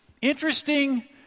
interesting